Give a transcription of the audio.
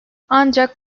ancak